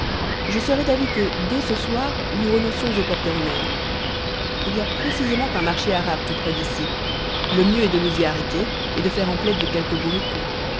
je serais d'avis que dès ce soir nous renoncions aux porteurs nègres il y a précisément un marché arabe tout près d'ici le mieux est de nous y arrêter et de faire emplette de quelques bourriquots